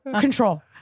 Control